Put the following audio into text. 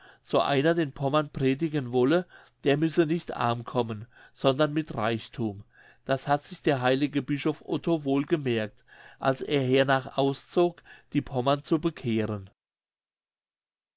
so einer den pommern predigen wolle der müsse nicht arm kommen sondern mit reichthum das hat sich der heilige bischof otto wohl gemerkt als er hernach auszog die pommern zu bekehren